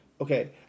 Okay